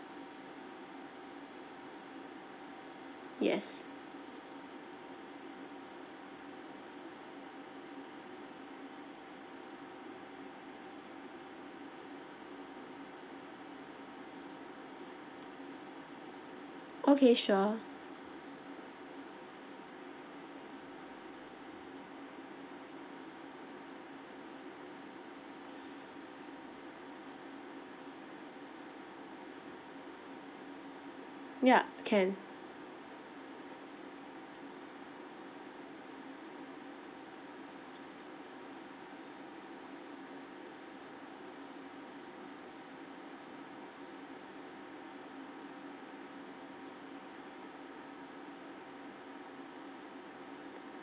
yes okay sure ya can